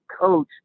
coach